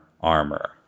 armor